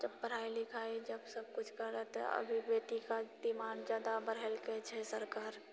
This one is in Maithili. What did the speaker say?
जब पढ़ाइ लिखाइ जब सभ किछु करऽ तऽ अभी बेटी कऽ डिमाण्ड जादा बढ़ेलकै छै सरकार